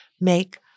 make